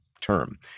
term